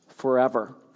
forever